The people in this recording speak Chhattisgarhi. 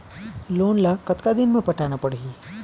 लोन ला कतका दिन मे पटाना पड़ही?